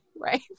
right